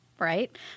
right